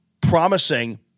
promising